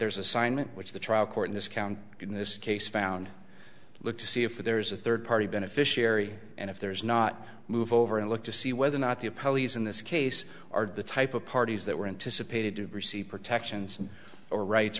there's assignment which the trial court in this county in this case found look to see if there is a third party beneficiary and if there is not move over and look to see whether or not the a polies in this case are the type of parties that were anticipated to receive protections or rights